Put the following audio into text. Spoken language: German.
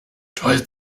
toll